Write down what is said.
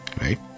right